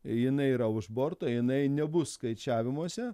jinai yra už borto jinai nebus skaičiavimuose